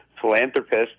philanthropist